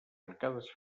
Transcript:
arcades